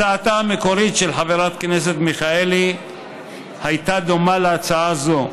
הצעתה המקורית של חברת הכנסת מיכאלי הייתה דומה להצעה זו,